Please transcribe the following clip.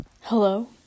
Hello